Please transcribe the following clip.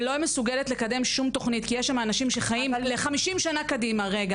ולא מסוגלת לקדם שום תוכנית כי יש שם אנשים שחיים ל-50 שנים קדימה,